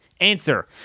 Answer